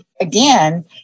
again